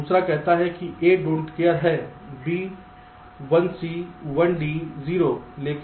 दूसरा कहता है कि A don't care don't care है B 1 C 1 D 0